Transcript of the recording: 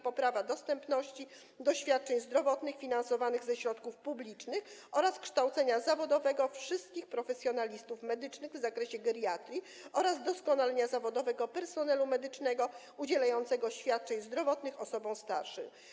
Poprawa dostępności do świadczeń zdrowotnych finansowanych ze środków publicznych, kształcenia zawodowego wszystkich profesjonalistów medycznych w zakresie geriatrii oraz doskonalenia zawodowego personelu medycznego udzielającego świadczeń zdrowotnych osobom starszym.